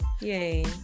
Yay